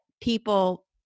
people